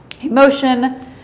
emotion